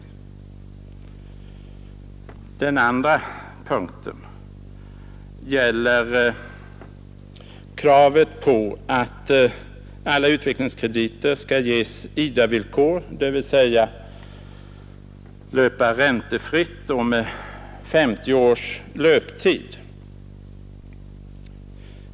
Limaprogrammet innehåller krav på att alla utvecklingskrediter skall ges på IDA-villkor, dvs. räntefritt och med 50 års löptid.